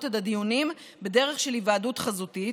את הדיונים בדרך של היוועדות חזותית,